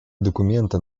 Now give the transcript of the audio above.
документы